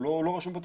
הוא לא רשום בתקנות.